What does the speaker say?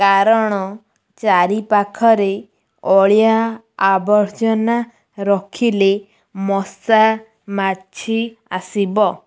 କାରଣ ଚାରିପାଖରେ ଅଳିଆ ଆବର୍ଜନା ରଖିଲେ ମଶା ମାଛି ଆସିବ